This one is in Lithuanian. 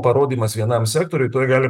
parodymas vienam sektoriui tuoj gali